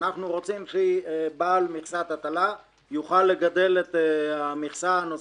ואנחנו רוצים שבעל מכסת הטלה יוכל לגדל את המכסה הנוספת,